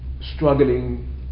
struggling